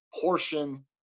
portion